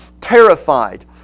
terrified